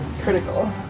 critical